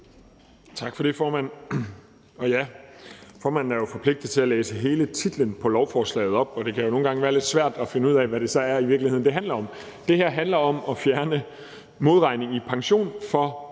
Tak for det, formand. Ja, formanden er jo forpligtet til at læse hele titlen på lovforslaget op, og det kan nogle gange være lidt svært at finde ud af, hvad det så i virkeligheden handler om. Det her handler om at fjerne modregning i pension af